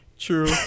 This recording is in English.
true